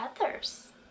others